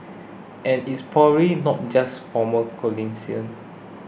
and it's probably not just former